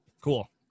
cool